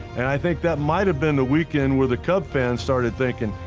and i think that might have been the weekend where the cub fans started thinking,